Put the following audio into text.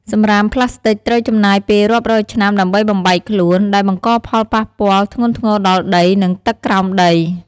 សំរាមប្លាស្ទិកត្រូវចំណាយពេលរាប់រយឆ្នាំដើម្បីបំបែកខ្លួន ដែលបង្កផលប៉ះពាល់ធ្ងន់ធ្ងរដល់ដី និងទឹកក្រោមដី។